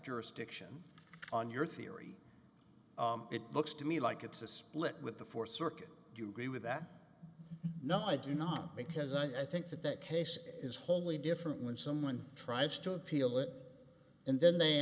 jurisdiction on your theory it looks to me like it's a split with the fourth circuit do you agree with that no i do not because i think that that case is wholly different when someone tries to appeal it and then they